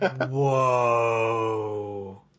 Whoa